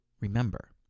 remember